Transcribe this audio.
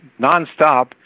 nonstop